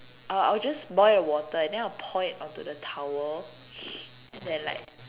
uh I'll just boil a water then I'll pour it onto the towel and then like